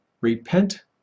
repent